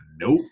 Nope